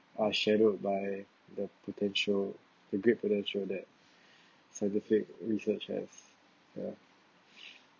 are shadowed by the potential the great potential that scientific research has uh